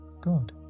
God